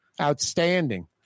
outstanding